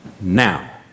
Now